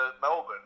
Melbourne